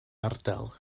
ardal